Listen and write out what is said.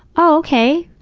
okay.